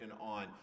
on